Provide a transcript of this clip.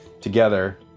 together